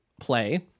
play